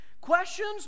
Questions